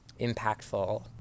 impactful